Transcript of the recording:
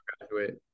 graduate